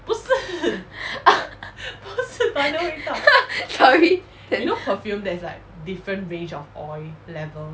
sorry then